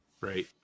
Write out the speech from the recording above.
Right